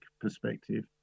perspective